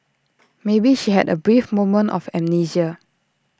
maybe she had A brief moment of amnesia